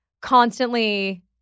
constantly